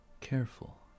Careful